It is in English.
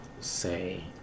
say